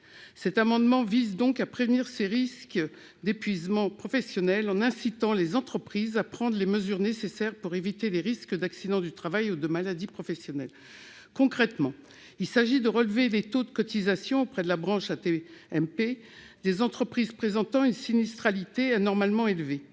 Cet amendement tend donc à prévenir les risques d'épuisement professionnel en incitant les entreprises à prendre les mesures nécessaires pour éviter les risques d'accidents du travail ou de maladies professionnelles. Concrètement, il s'agit de relever les taux de cotisations auprès de la branche AT-MP des entreprises présentant une sinistralité anormalement élevée.